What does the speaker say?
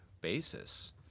basis